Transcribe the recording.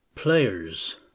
Players